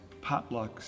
potlucks